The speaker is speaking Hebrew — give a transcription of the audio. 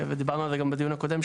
ודיברנו על זה גם בדיון הקודם,